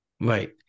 Right